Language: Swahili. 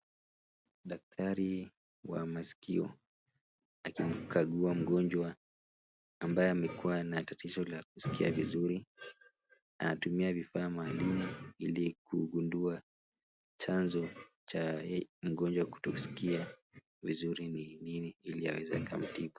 Daktari wa masikio akimkagua mgonjwa ambaye amekuwa na tatizo la kusikia vizuri na anatumia vifaa maalumu ili kugundua chanzo cha yeye mgonjwa kusikia vizuri ni nini ili aweze akamtibu.